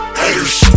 haters